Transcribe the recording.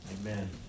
Amen